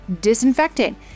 disinfectant